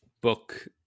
book